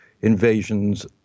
invasions